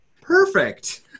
Perfect